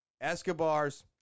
escobars